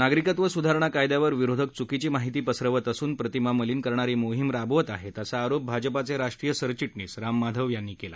नागरिकत्व स्धारणा कायद्यावर विरोधक च्कीची माहिती पसरवत असून प्रतिमा मलिन करणारी मोहिम राबवत आहेत असा आरोप भाजपचे राष्ट्रीय सरचिटणीस राम माधव यांनी केला